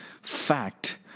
fact